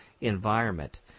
environment